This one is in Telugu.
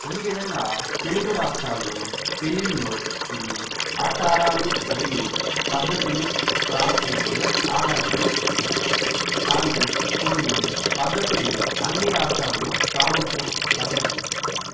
ఈ విధంగా తెలుగు రాష్ట్రాలలో పెళ్లిళ్లు కొన్ని ఆచారాలు మరియు పద్ధతులు ప్రాంతాల పైన ఆధారపడి ఉంటాయి కానీ కొన్ని పద్ధతులు అన్ని రాష్ట్రంలో ప్రాముఖ్యం సంతరించుకుంటుంది